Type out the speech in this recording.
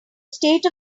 state